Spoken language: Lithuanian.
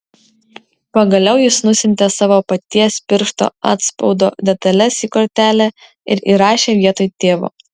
pagaliau jis nusiuntė savo paties piršto atspaudo detales į kortelę ir įrašė vietoj tėvo